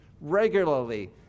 regularly